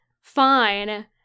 fine